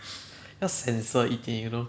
要 sensor 一点 you know